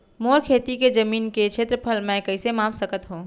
मोर खेती के जमीन के क्षेत्रफल मैं कइसे माप सकत हो?